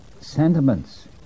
sentiments